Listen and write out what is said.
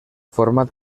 format